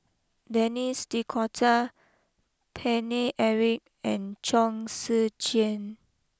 Denis D Cotta Paine Eric and Chong Tze Chien